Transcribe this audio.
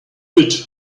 rid